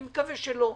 אני מקווה שלא.